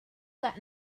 that